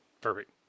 Perfect